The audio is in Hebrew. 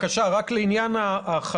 תדבר בבקשה על עניין החלופות,